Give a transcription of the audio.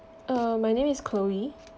uh my name is chloe